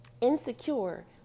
insecure